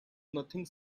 nothing